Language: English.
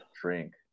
drink